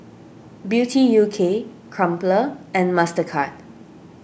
Beauty U K Crumpler and Mastercard